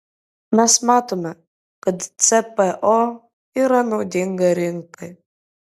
mes matome kad cpo yra naudinga rinkai